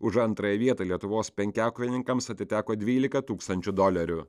už antrąją vietą lietuvos penkiakovininkams atiteko dvylika tūkstančių dolerių